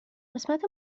قسمت